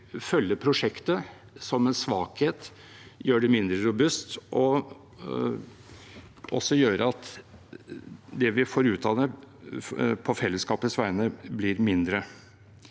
følge prosjektet som en svakhet og gjøre det mindre robust, og det vil også gjøre at det vi får ut av det på fellesskapets vegne, blir mindre.